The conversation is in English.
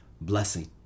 blessing